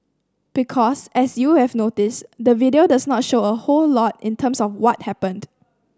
because as you would have noticed the video doesn't show a whole lot in terms of what happened